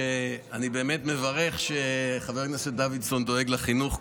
אני באמת מברך שחבר הכנסת דוידסון דואג לחינוך.